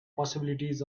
possibilities